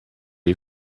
you